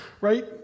right